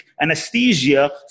anesthesia